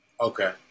Okay